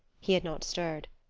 he had not stirred.